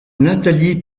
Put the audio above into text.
nathalie